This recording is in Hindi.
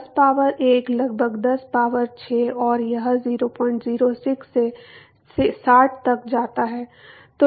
10 पावर 1 लगभग 10 पावर 6 और यह 006 से 60 तक जाता है